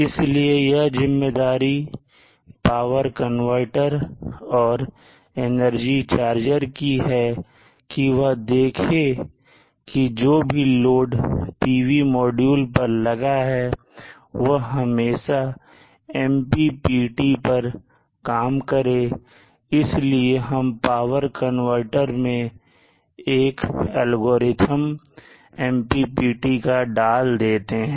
इसलिए यह ज़िम्मेदारी पावर कनवर्टर और एनर्जी चार्जर की है कि वह देखें कि जो भी लोड PV मॉड्यूल पर लगा है वह हमेशा MPPT पर काम करें इसलिए हम पावर कन्वर्टर्स में एक एल्गोरिथ्म MPPT का डाल देते हैं